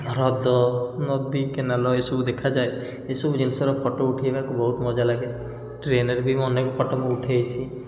ହ୍ରଦ ନଦୀ କେନାଲ୍ ଏସବୁ ଦେଖାଯାଏ ଏସବୁ ଜିନିଷର ଫଟୋ ଉଠାଇବାକୁ ବହୁତ ମଜାଲାଗେ ଟ୍ରେନ୍ରେ ବି ମୁଁ ଅନେକ ଫଟୋ ମୁଁ ଉଠେଇଛି